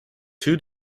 two